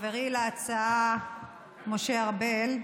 חברי להצעה משה ארבל,